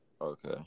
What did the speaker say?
Okay